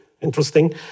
interesting